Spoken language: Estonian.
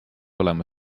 olema